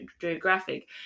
Geographic